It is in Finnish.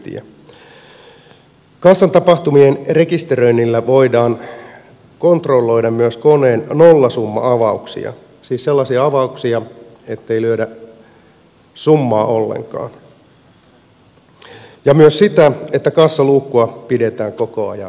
kassan tapahtumien rekisteröinnillä voidaan kontrolloida myös koneen nollasumma avauksia siis sellaisia avauksia ettei lyödä summaa ollenkaan ja myös sitä että kassaluukkua pidetään koko ajan auki